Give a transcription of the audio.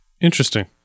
Interesting